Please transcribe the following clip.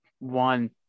one